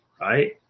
right